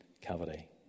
cavity